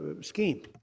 scheme